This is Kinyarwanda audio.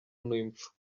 n’impfu